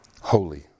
Holy